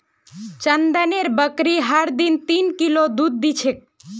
चंदनेर बकरी हर दिन तीन किलो दूध दी छेक